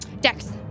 Dex